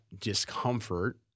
discomfort